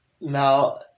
Now